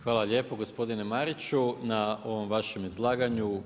Hvala lijepo gospodine Mariću na ovom vašem izlaganju.